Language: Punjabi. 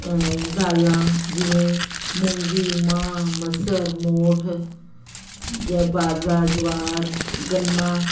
ਦਾਲਾਂ ਜਿਵੇਂ ਮੂੰਗੀ ਮਾਂਹ ਮਸਰ ਮੋਠ ਜਾਂ ਬਾਜਰਾ ਜਵਾਰ ਗੰਨਾ